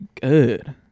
good